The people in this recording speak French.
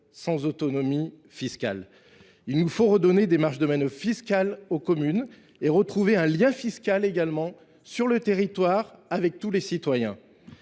sans autonomie fiscale ! Il nous faut redonner des marges de manœuvre fiscale aux communes et retrouver un lien fiscal sur le territoire avec tous nos concitoyens.